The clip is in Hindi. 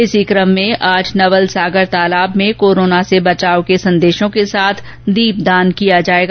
इसी क्रम में आज नवलसागर तालाब में कोरोना से बचाव के संदेशों के साथ दीपदान किया जायेगा